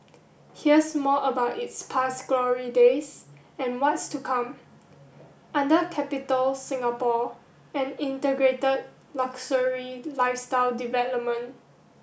here's more about its past glory days and what's to come under Capitol Singapore an integrated luxury lifestyle development